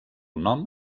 nom